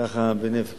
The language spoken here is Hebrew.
ככה, בהינף יד.